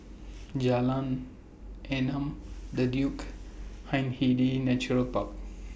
Jalan Enam The Duke Hindhede Natural Park